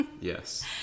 Yes